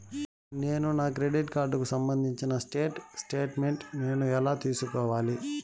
నేను నా క్రెడిట్ కార్డుకు సంబంధించిన స్టేట్ స్టేట్మెంట్ నేను ఎలా తీసుకోవాలి?